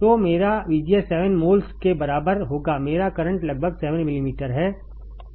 तो मेरा VGS 7 मोल्स के बराबर होगा मेरा करंट लगभग 7 मिलीमीटर है